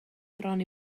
bron